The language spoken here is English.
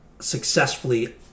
successfully